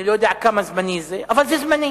אני לא יודע כמה זמני זה, אבל זה זמני.